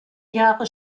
jahre